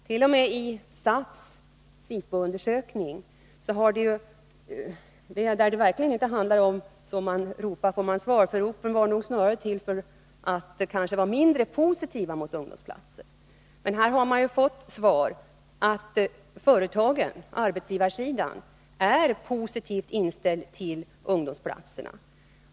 SAF har gjort en SIFO-undersökning, där det verkligen inte gäller att ”som man ropar får man svar”. Ropen var nog snarare till för att de tillfrågade skulle vara mindre positiva mot ungdomsplatser. Men här har man fått svar som innebär att företagen — arbetsgivarsidan — är positivt inställda till ungdomsplatserna.